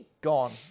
gone